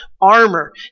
armor